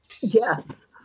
Yes